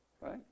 right